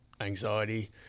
anxiety